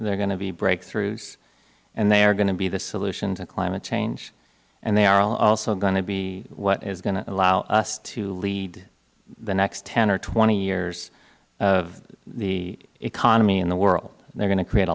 are going to be breakthroughs and they are going to be the solution to climate change and they are also going to be what is going to allow us to lead the next ten or twenty years of the economy in the world they are going to create